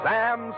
Sam